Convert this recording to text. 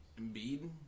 Embiid